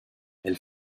elle